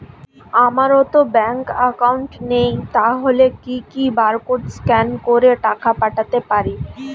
আমারতো bank account নেই তাহলে কি কি বারকোড স্ক্যান করে টাকা পাঠাতে পারি?